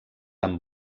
amb